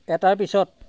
এটাৰ পিছৰ